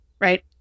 right